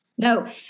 No